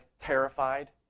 terrified